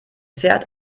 fährt